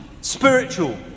spiritual